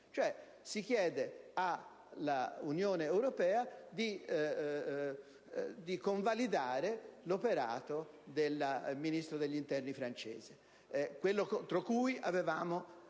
si chiede all'Unione europea di convalidare l'operato del Ministro dell'interno francese, quello contro cui avevamo